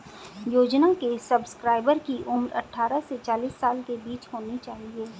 योजना के सब्सक्राइबर की उम्र अट्ठारह से चालीस साल के बीच होनी चाहिए